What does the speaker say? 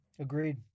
agreed